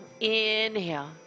Inhale